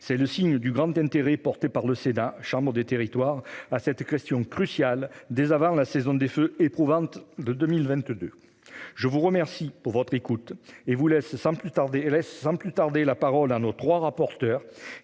C'est le signe du grand intérêt porté par le Sénat, chambre des territoires, à cette question cruciale, dont il s'était saisi avant même la saison des feux éprouvante de 2022. Je vous remercie de votre écoute et laisse sans plus tarder la parole à nos trois rapporteurs,